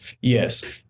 Yes